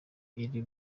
iri